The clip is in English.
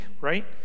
right